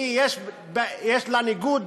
אם יש לה ניגוד